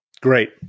Great